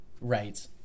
Right